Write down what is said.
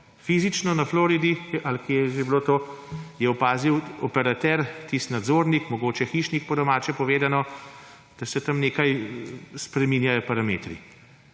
Fizično na Floridi ali kje je že bilo to, je opazil operater, tisti nadzornik, mogoče hišnik po domače povedano, da se tam nekaj spreminjajo parametri.